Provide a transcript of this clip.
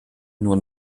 nur